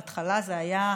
בהתחלה זה היה,